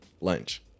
Lunch